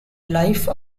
life